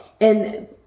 And-